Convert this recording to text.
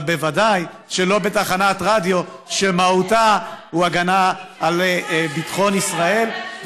ובוודאי שלא בתחנת רדיו שמהותה היא הגנה על ביטחון ישראל מה זה קשור?